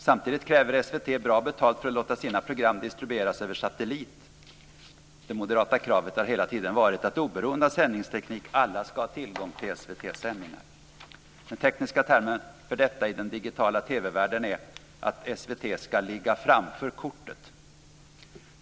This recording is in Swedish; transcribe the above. Samtidigt kräver SVT bra betalt för att distribuera sina program via satellit. Det moderata kravet har hela tiden varit att alla oberoende av sändningsteknik ska ha tillgång till SVT:s sändningar. Den tekniska termen för detta i den digitala TV-världen är att SVT ska ligga "framför kortet".